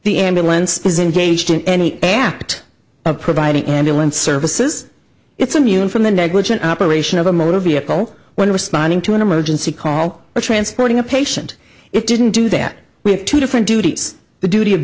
the ambulance is engaged in any apt providing ambulance services it's immune from the negligent operation of a motor vehicle when responding to an emergency call transporting a patient it didn't do that we have two different duties the duty of